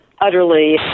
utterly